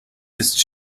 ist